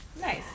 nice